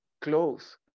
Clothes